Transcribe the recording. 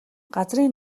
газрын